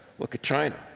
look at china.